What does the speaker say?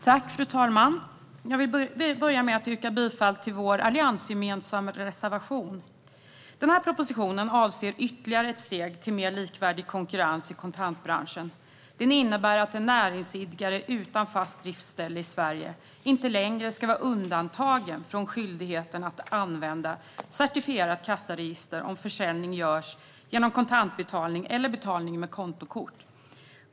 Fru talman! Jag börjar med att yrka bifall till vår alliansgemensamma reservation. Genom denna proposition tas ytterligare ett steg mot mer likvärdig konkurrens i kontantbranschen. Det innebär att en näringsidkare utan fast driftställe i Sverige inte längre ska vara undantagen från skyldigheten att använda certifierat kassaregister om försäljning görs genom kontantbetalning eller betalning med kontokort.